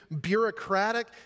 bureaucratic